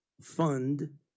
fund